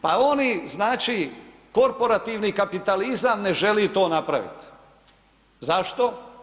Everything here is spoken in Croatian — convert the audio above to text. Pa oni znači korporativni kapitalizam ne želi to napraviti, zašto?